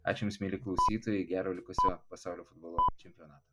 ačiū jums mieli klausytojai gero likusio pasaulio futbolo čempionato